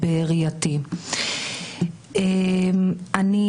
למרות שאנחנו